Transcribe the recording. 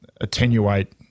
attenuate